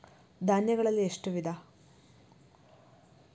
ಧಾನ್ಯಗಳಲ್ಲಿ ಎಷ್ಟು ವಿಧ?